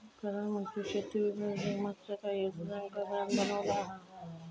प्रधानमंत्री शेती विमा योजनेक मागच्या काहि योजनांका मिळान बनवला हा